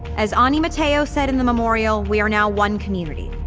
as ani mateo said in the memorial, we are now one community,